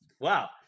wow